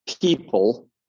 people